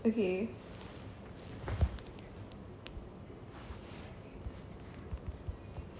okay